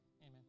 Amen